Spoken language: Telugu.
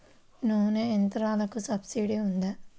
నూనె యంత్రాలకు సబ్సిడీ ఉందా?